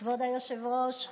כבוד היושב-ראש,